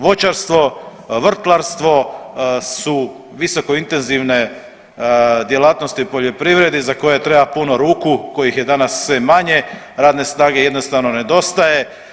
Voćarstvo i vrtlarstvo su visoko intenzivne djelatnosti u poljoprivredi za koje treba puno ruku, kojih je danas sve manje, radne snage jednostavno nedostaje.